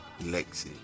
Lexi